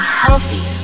healthy